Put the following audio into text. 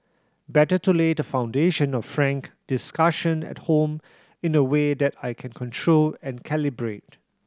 better to lay the foundation of frank discussion at home in a way that I can control and calibrate